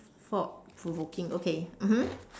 thought provoking okay mmhmm